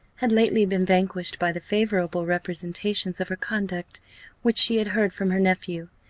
had lately been vanquished by the favourable representations of her conduct which she had heard from her nephew,